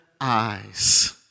eyes